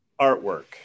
artwork